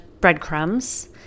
breadcrumbs